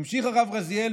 המשיך הרב רזיאל,